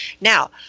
Now